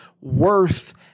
worth